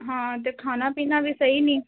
ਹਾਂ ਅਤੇ ਖਾਣਾ ਪੀਣਾ ਵੀ ਸਹੀ ਨਹੀਂ